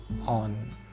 on